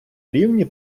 рівні